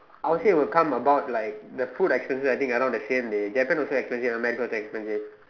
I would say it would come about like the food expenses is around the same Japan is also expensive America also expensive